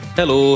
Hello